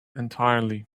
entirely